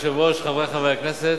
הכנסת,